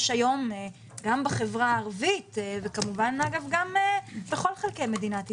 היום גם בחברה הערבית וכמובן בכל חלקי מדינת ישראל,